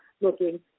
looking